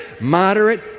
moderate